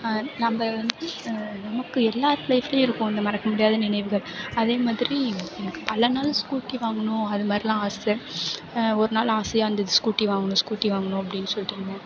நம்ம வந்து நமக்கு எல்லோர் லைஃப்லேயும் இருக்கும் அந்த மறக்க முடியாத நினைவுகள் அதே மாதிரி எனக்கு பல நாள் ஸ்கூட்டி வாங்கணும் அது மாதிரிலாம் ஆசை ஒரு நாள் ஆசையாக இருந்தது ஸ்கூட்டி வாங்கணும் ஸ்கூட்டி வாங்கணும் அப்படின்னு சொல்லிட்டு இருந்தேன்